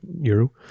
euro